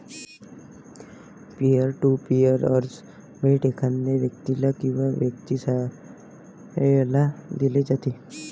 pier to peer कर्ज थेट एखाद्या व्यक्तीस किंवा व्यवसायाला दिले जाते